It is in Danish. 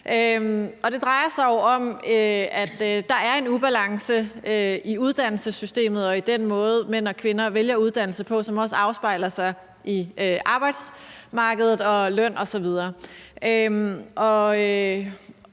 det drejer sig jo om, at der er en ubalance i uddannelsessystemet og i den måde, som mænd og kvinder vælger uddannelse på, og det afspejler sig også i arbejdsmarkedet og løn osv.